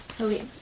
Okay